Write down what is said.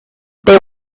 they